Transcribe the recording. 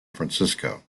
francisco